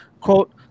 quote